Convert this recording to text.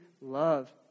love